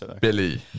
Billy